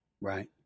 Right